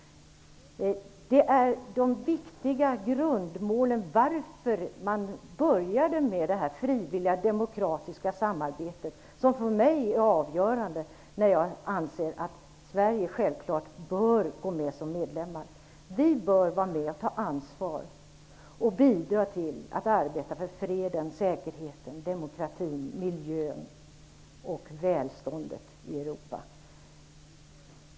Det var grunden till att man inledde detta frivilliga demokratiska samarbete, och det är avgörande för min ståndpunkt att Sverige självklart bör gå med som medlem. Vi bör vara med och ta ansvar och hjälpa till att arbeta för freden, säkerheten, demokratin, miljön och välståndet i Europa.